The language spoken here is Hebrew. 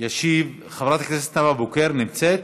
חברת הכנסת נאוה בוקר, נמצאת?